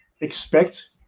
expect